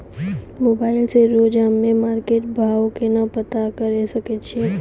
Mobile से रोजे हम्मे मार्केट भाव केना पता करे सकय छियै?